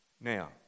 Now